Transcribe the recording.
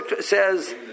says